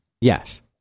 Yes